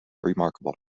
remarkable